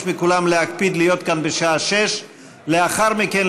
מכולם להקפיד להיות כאן בשעה 18:00. לאחר מכן,